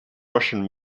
russian